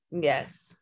yes